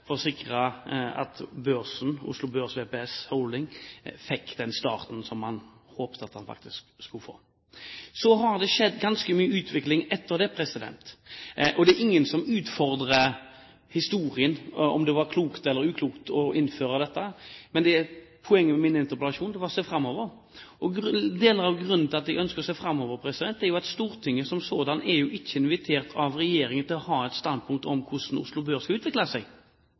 å sikre at Oslo Børs VPS Holding fikk den starten man håpet de faktisk skulle få. Så har det skjedd ganske mye utvikling etter det. Det er ingen som utfordrer historien på om det var klokt eller uklokt å innføre dette, men poenget med min interpellasjon var å se framover. Deler av grunnen til at jeg ønsker å se framover, er jo at Stortinget som sådant ikke er invitert av regjeringen til å ha et standpunkt om hvordan Oslo Børs skal utvikle seg.